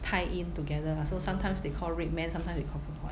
tie in together lah so sometimes they call RedMan sometimes they call Phoon Huat